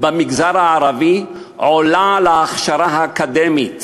במגזר הערבי עולה על ההכשרה האקדמית